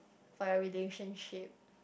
for your relationship